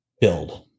build